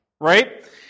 right